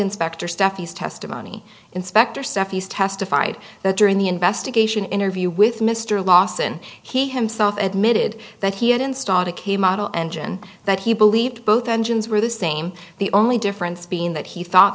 inspector stephany's testimony inspector cepheids testified that during the investigation interview with mr lawson he himself admitted that he had installed a k model engine that he believed both engines were the same the only difference being that he thought